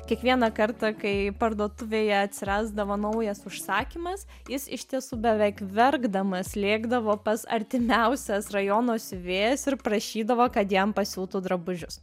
kiekvieną kartą kai parduotuvėje atsirasdavo naujas užsakymas jis iš tiesų beveik verkdamas lėkdavo pas artimiausias rajono siuvėjas ir prašydavo kad jam pasiūtų drabužius